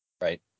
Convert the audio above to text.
right